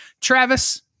travis